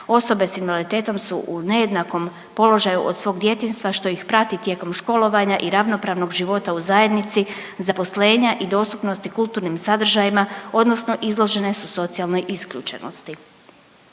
osobe s invaliditetom su u nejednakom položaju od svog djetinjstva što ih prati tijekom školovanja i ravnopravnog života u zajednici, zaposlenja i dostupnosti kulturnim sadržajima odnosno izložene su socijalnoj isključenosti.